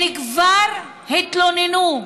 כבר התלוננו,